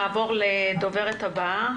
נעבור לדוברת הבאה.